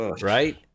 right